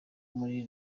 muri